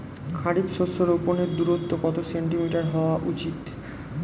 খারিফ শস্য রোপনের দূরত্ব কত সেন্টিমিটার হওয়া উচিৎ?